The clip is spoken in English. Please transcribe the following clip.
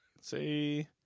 say